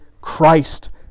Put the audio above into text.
Christ